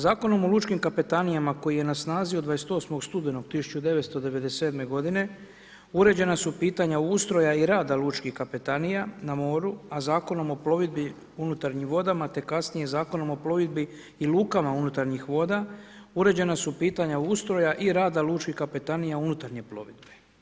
Zakonom o lučkim kapetanijama, koji je na snazi od 28. studenog 1997. godine uređena su pitanja ustroja i rada lučkih kapetanija na moru, a Zakonom o plovidbi unutarnjim vodama te kasnije Zakonom o plovidbi i lukama unutarnjih voda uređena su pitanja ustroja i rada lučkih kapetanija unutarnje plovidbe.